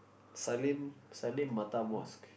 Sallim-Mattar-Mosque